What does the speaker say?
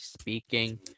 speaking